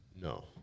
no